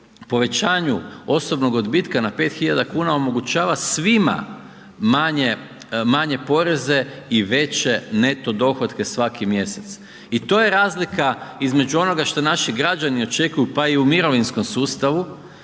povećanju osobnog odbitka na 5 hiljada kuna omogućava svima manje poreze i veće neto dohotke svaki mjesec. I to je razlika između onoga što naši građani očekuju pa i u mirovinskom sustavu,